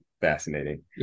fascinating